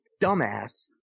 dumbass